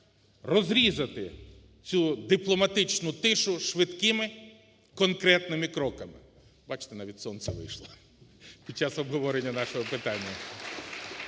розрізати цю дипломатичну тишу швидкими конкретними кроками. Бачите, навіть сонце вийшло під час обговорення нашого питання.